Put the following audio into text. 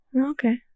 okay